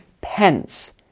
pence